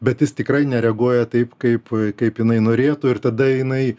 bet jis tikrai nereaguoja taip kaip kaip jinai norėtų ir tada jinai